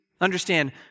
Understand